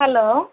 hello